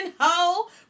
ho